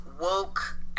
woke